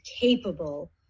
capable